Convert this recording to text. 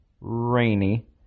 rainy